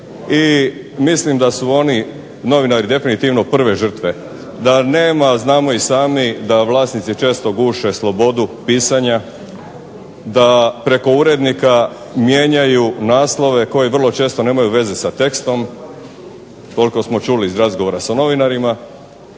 i mislim da su oni novinari definitivno prve žrtve. Da nema znam i sami da vlasnici često guše slobodu pisanja, da preko urednika mijenjaju naslove koji vrlo često nemaju veze sa tekstom koliko smo čuli iz razgovora sa novinarima,